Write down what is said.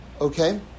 okay